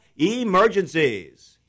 Emergencies